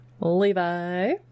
levi